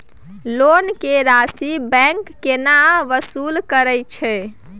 Loan के राशि bank केना वसूल करे छै?